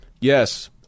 Yes